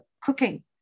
cooking